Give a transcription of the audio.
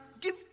give